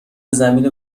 زمین